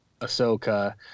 Ahsoka